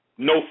No